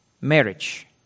Marriage